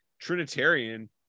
Trinitarian